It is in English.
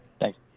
Thanks